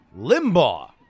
limbaugh